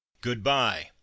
Goodbye